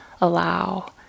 allow